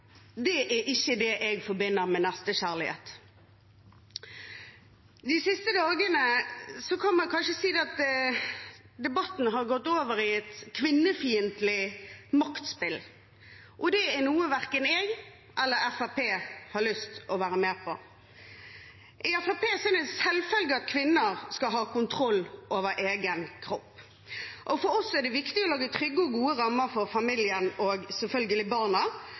er ikke det jeg forbinder med nestekjærlighet. De siste dagene kan man kanskje si at debatten har gått over i et kvinnefiendtlig maktspill, og det er noe verken jeg eller Fremskrittspartiet har lyst til å være med på. I Fremskrittspartiet er det en selvfølge at kvinner skal ha kontroll over egen kropp, og for oss er det viktig å lage trygge og gode rammer for familien og – selvfølgelig – barna,